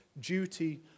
duty